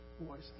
voice